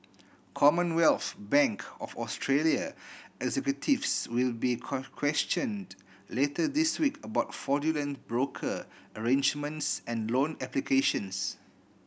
Commonwealth Bank of Australia executives will be questioned later this week about fraudulent broker arrangements and loan applications